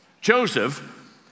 Joseph